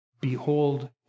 Behold